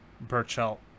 Burchell